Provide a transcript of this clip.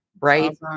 Right